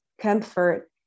comfort